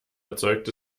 erzeugt